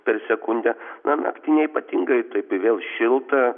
per sekundę na naktį neypatingai taip i vėl šilta